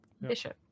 Bishop